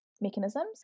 mechanisms